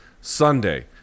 Sunday